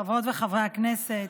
חברות וחברי הכנסת,